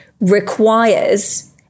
requires